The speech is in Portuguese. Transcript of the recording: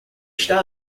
está